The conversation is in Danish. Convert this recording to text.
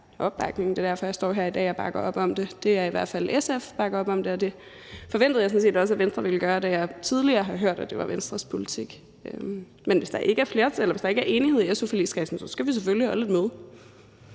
Det er derfor, jeg står her i dag og bakker op om det. SF bakker i hvert fald op om det, og det forventede jeg sådan set også at Venstre ville gøre, da jeg tidligere har hørt, at det var Venstres politik. Men hvis der ikke er flertal eller der ikke er enighed i su-forligskredsen, skal vi selvfølgelig holde et møde.